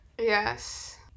Yes